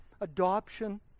adoption